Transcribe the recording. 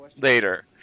Later